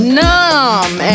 numb